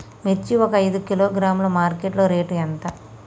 మిర్చి ఒక ఐదు కిలోగ్రాముల మార్కెట్ లో రేటు ఎంత?